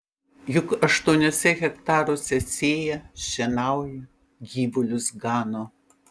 juk aštuoniuose hektaruose sėja šienauja gyvulius gano